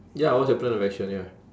ya what's your plan of action ya